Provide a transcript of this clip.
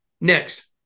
next